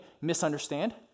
misunderstand